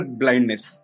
blindness